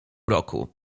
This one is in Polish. roku